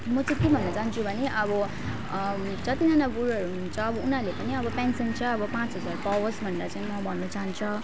म चाहिँ के भन्न चहान्छु भने अब जतिजना बुढोहरू हुनुहुन्छ अब उनीहरूले पनि अब पेन्सन चाहिँ पाँच हजार पाओस् भनेर चाहिँ भन्न चाहन्छ